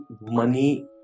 money